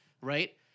right